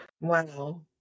Wow